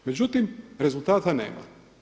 Međutim rezultata nema.